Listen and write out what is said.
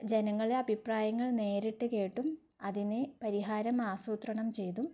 ജനങ്ങളെ അഭിപ്രായങ്ങൾ നേരിട്ട് കേട്ടും അതിനെ പരിഹാരം ആസൂത്രണം ചെയ്തും